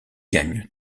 gagne